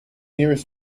nearest